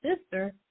sister